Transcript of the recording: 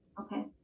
Okay